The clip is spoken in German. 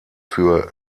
für